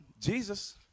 Jesus